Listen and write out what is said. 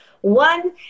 One